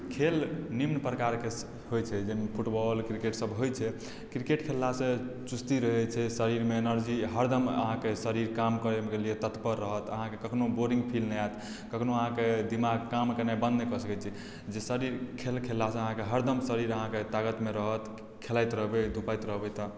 खेल निम्नप्रकारके होइत छै जाहिमे फुटबॉल क्रिकेटसभ होइत छै क्रिकेट खेललासँ चुस्ती रहैत छै शरीरमे एनर्जी हरदम अहाँकेँ शरीर काम करयके लेल तत्पर रहत अहाँकेँ कखनो बोरिंग फील नहि होयत कखनहु अहाँकेँ दिमाग काम केनाइ बन्द नहि कऽ सकैत छै जे शरीर खेल खेललासँ अहाँके हरदम शरीर अहाँके ताकतमे रहत खेलाइत रहबै धुपाइत रहबै तऽ